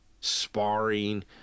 sparring